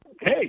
Hey